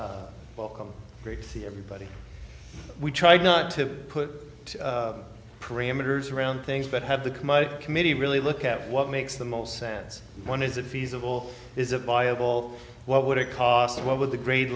o welcome great to see everybody we tried not to put parameters around things but have the commode committee really look at what makes the most sense when is it feasible is a viable what would it cost what would the grade